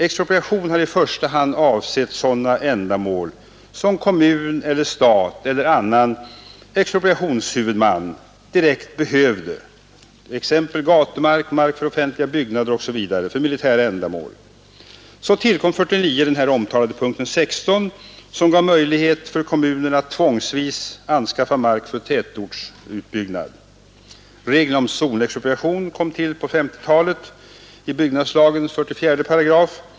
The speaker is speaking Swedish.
Expropriation har i första hand avsett sådana ändamäl som kommun eller staten eller annan expropriationshuvudman direkt behövde tillgodose, t.ex. för anläggande av gator. för uppförande av offentliga byggnader eller för militära ändamål. År 1949 tillkom den omtalade punkten 16, som gav möjlighet för kommunen att tvångsvis anskaffa mark för tätortsutbyggnad. Regeln om zonexpropriation kom till på 1950-talet i byggnadslagens 44 §.